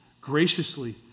Graciously